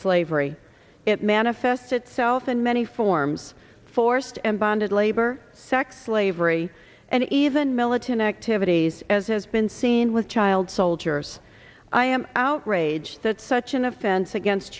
slavery it manifests itself in many forms forced and bonded labor sex slavery and even militant activities as has been seen with child soldiers i am outraged that such an offense against